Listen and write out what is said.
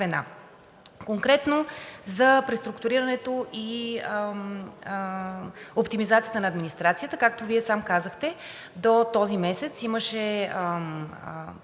Конкретно за преструктурирането и оптимизацията на администрацията. Както Вие сам казахте, до този месец имаше